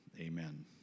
Amen